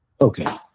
Okay